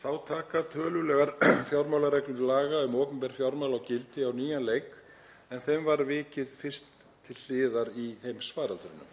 Þá taka tölulegar fjármálareglur laga um opinber fjármál gildi á nýjan leik en þeim var vikið fyrst til hliðar í heimsfaraldrinum.